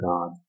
God